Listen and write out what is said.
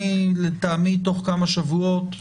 לטעמי, תוך כמה שבועות,